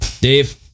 Dave